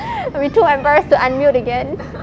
I'll be too embarrassed to unmute again